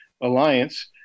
Alliance